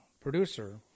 producer